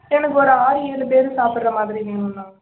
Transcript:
எனக்கு ஒரு ஆறு ஏழு பேரு சாப்பிட்ற மாதிரி வேணும்ணா